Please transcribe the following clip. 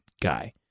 guy